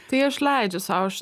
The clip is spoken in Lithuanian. tai aš leidžiu sau aš